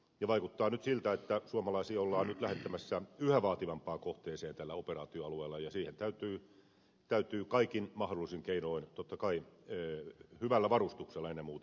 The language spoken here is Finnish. ja vaikuttaa nyt siltä että suomalaisia ollaan nyt lähettämässä yhä vaativampaan kohteeseen tällä operaatioalueella ja siihen täytyy kaikin mahdollisin keinoin totta kai hyvällä varustuksella ennen muuta varautua